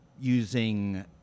using